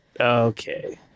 okay